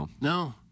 No